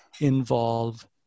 involve